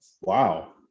Wow